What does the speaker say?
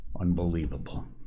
unbelievable